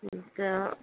ग